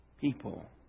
People